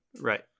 right